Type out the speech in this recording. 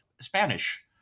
Spanish